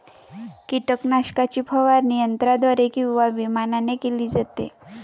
कीटकनाशकाची फवारणी यंत्राद्वारे किंवा विमानाने केली जाते